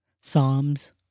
Psalms